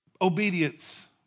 obedience